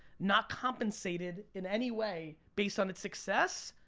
not compensated in any way based on its success.